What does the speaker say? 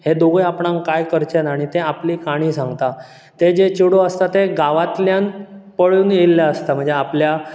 हें दोगूय आपणाक कांय करचे ना आनी तें आपली काणी सांगता तें जें चेडूं आसता तें गांवातल्यान पळून येल्लें आसता म्हणजे आपल्या